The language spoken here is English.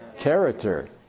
Character